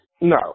No